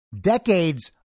decades